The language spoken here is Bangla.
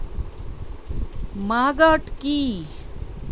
ম্যাগট কি?